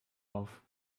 auf